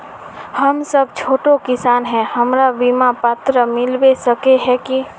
हम सब छोटो किसान है हमरा बिमा पात्र मिलबे सके है की?